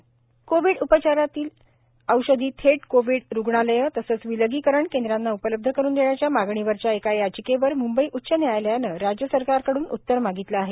उच्च न्यायालय कोविड उपचारावरील औषधी थेट कोविड रुग्णालयं तसंच विलगीकरण केंद्रांना उपलब्ध करून देण्याच्या मागणीवरच्या एका याचिकेवर मुंबई उच्च न्यायालयानं राज्य सरकारकडुन उत्तर मागितलं आहे